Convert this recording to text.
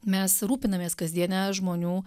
mes rūpinamės kasdiene žmonių